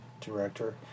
director